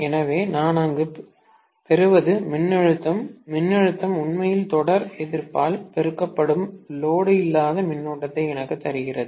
எனவே நான் அங்கு பெறுவது மின்னழுத்தம் மின்னழுத்தம் உண்மையில் தொடர் எதிர்ப்பால் பெருக்கப்படும் லோடு இல்லாத மின்னோட்டத்தை எனக்குத் தருகிறது